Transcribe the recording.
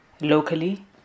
Locally